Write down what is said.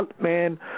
Man